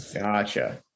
Gotcha